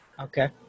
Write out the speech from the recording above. Okay